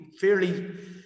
fairly